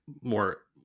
more